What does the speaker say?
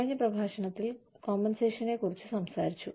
കഴിഞ്ഞ പ്രഭാഷണത്തിൽ കോമ്പൻസേഷനെക്കുറിച്ച് സംസാരിച്ചു